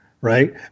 Right